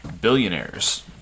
billionaires